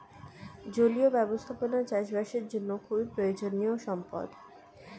জলীয় ব্যবস্থাপনা চাষবাসের জন্য খুবই প্রয়োজনীয় সম্পদ